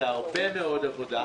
זה הרבה מאוד עבודה,